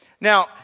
Now